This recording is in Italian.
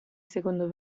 secondo